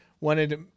wanted